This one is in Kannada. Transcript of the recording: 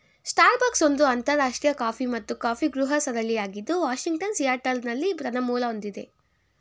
ಸ್ಟಾರ್ಬಕ್ಸ್ ಒಂದು ಅಂತರರಾಷ್ಟ್ರೀಯ ಕಾಫಿ ಮತ್ತು ಕಾಫಿಗೃಹ ಸರಣಿಯಾಗಿದ್ದು ವಾಷಿಂಗ್ಟನ್ನ ಸಿಯಾಟಲ್ನಲ್ಲಿ ತನ್ನ ಮೂಲ ಹೊಂದಿದೆ